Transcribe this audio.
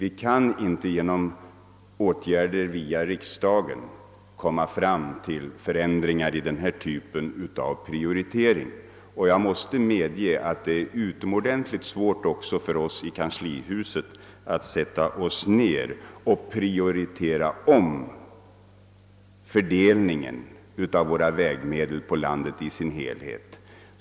Jag måste understryka att det för oss i kanslihuset är utomordentligt svårt att sätta oss ned och prioritera om fördelningen av våra vägmedel för hela landet i dess helhet.